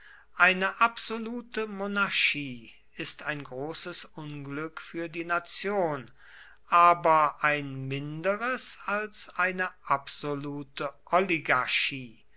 eine absolute monarchie ist ein großes unglück für die nation aber ein minderes als eine absolute oligarchie